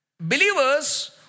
Believers